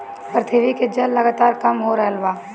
पृथ्वी के जल लगातार कम हो रहल बा